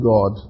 God